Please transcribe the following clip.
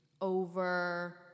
over